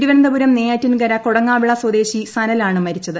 തിരുവനന്തപുരം നെയ്യാറ്റിൻകര കൊടങ്ങാവിള സ്വദേശി സനലാണ് മരിച്ചത്